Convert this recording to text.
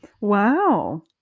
Wow